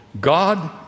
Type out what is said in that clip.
God